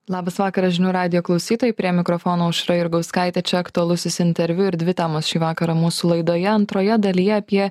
labas vakaras žinių radijo klausytojai prie mikrofono aušra jurgauskaitė čia aktualusis interviu ir dvi temos šį vakarą mūsų laidoje antroje dalyje apie